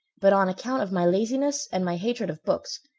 but on account of my laziness and my hatred of books,